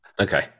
Okay